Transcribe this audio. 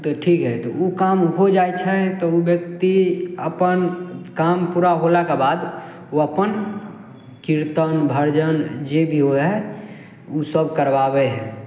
ओ तऽ ठीक हय तऽ ओ काम हो जाइ छै तऽ ओ व्यक्ति अपन काम पुरा होलाके बाद ओ अपन कीर्तन भजन जे भी हुए ओ सब करबाबे हइ